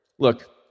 Look